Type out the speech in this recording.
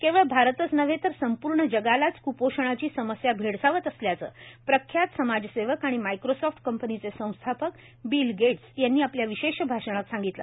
केवळ भारतच नव्हे तर संपूर्ण जगालाच क्पोषणाची समस्या भेडसावत असल्याचं प्रख्यात समाजसेवक आणि मायक्रोसाफ्ट कंपनीचे संस्थापक बिल गेट्स यांनी आपल्या विशेष भाषणात सांगितलं